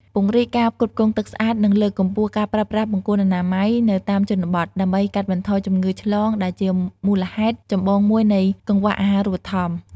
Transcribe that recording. ពង្រីកការផ្គត់ផ្គង់ទឹកស្អាត និងលើកកម្ពស់ការប្រើប្រាស់បង្គន់អនាម័យនៅតាមជនបទ ដើម្បីកាត់បន្ថយជំងឺឆ្លងដែលជាមូលហេតុចម្បងមួយនៃកង្វះអាហារូបត្ថម្ភ។